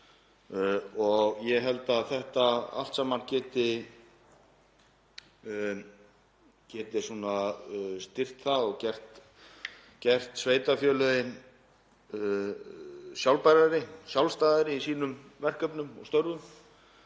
Ég held að þetta allt saman geti styrkt það og gert sveitarfélögin sjálfbærari og sjálfstæðari í sínum verkefnum og störfum.